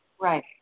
Right